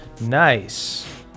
Nice